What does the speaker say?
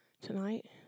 tonight